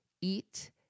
eat